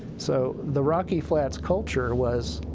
so the rocky flats culture was,